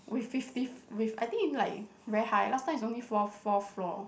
with fifty f~ with I think like very high last time is only fourth fourth floor